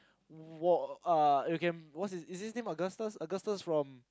wa~ uh you can what's his is his name Augustus Augustus from